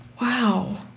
Wow